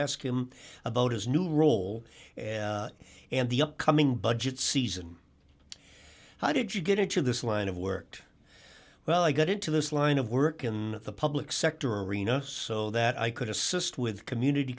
ask him about his new role and the upcoming budget season how did you get into this line of work well i got into this line of work in the public sector arena so that i could assist with community